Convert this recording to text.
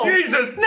Jesus